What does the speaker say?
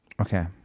okay